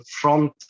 front